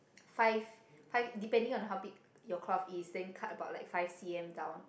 five five depending on how big your cloth is then cut about like five C_M down